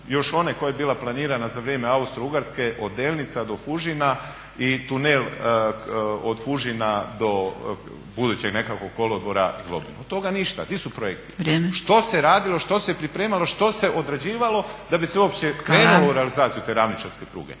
još one koja je bila planirana za vrijeme Austro-ugarske od Delnica do Fužina i tunel od Fužina do budućeg nekakvog kolodvora Zlobin. Od toga ništa, gdje su projekti? Što se radilo, što se pripremalo, što se odrađivalo da bi se uopće krenulo u realizaciju te ravničarske pruge?